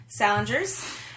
Salingers